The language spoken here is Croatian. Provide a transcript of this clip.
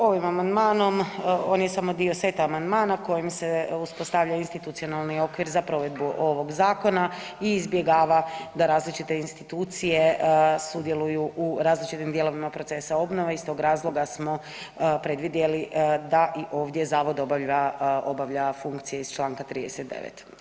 Ovim amandmanom, on je samo dio seta amandmana kojim se uspostavlja institucionalni okvir za provedbu ovog zakona i izbjegava da različite institucije sudjeluju u različitim dijelovima procesa obnove i stog razloga smo predvidjeli da i ovdje zavod obavlja funkcije iz Članka 39.